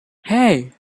hey